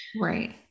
Right